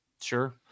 Sure